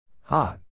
Hot